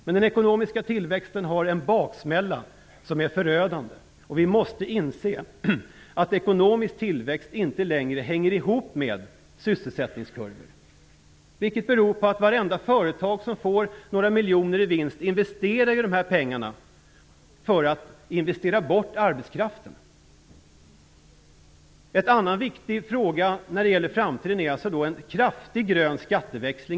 Men den ekonomiska tillväxten för med sig en förödande baksmälla. Vi måste inse att ekonomisk tillväxt inte längre hänger ihop med sysselsättningskurvor. Det beror på att varenda företag som får några miljoner i vinst investerar dem för att få bort arbetskraften. En annan viktig fråga inför framtiden gäller en kraftig grön skatteväxling.